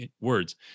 words